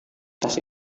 tas